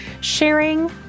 Sharing